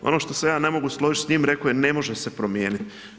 Ono što se ja ne mogu složiti s njim, rekao je, ne može se promijeniti.